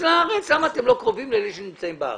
לארץ ואתם לא קרובים לאלה שנמצאים בארץ?